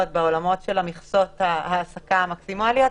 בעולמות של מסכות ההעסקה המקסימליות,